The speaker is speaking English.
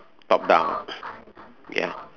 top down ya